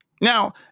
Now